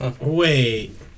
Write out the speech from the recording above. Wait